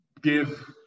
give